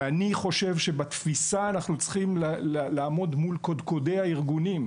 וחושב שבתפיסה אנחנו צריכים לעמוד מול קודקודי הארגונים,